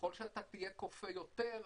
ככל שאתה תהיה כופה יותר,